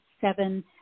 seven